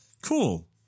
Cool